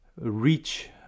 reach